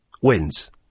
wins